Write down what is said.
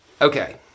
Okay